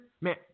Man